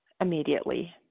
immediately